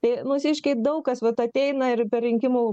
tai mūsiškiai daug kas vat ateina ir per rinkimų